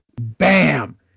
Bam